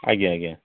ଆଜ୍ଞା ଆଜ୍ଞା